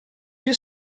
più